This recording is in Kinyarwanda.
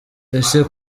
ese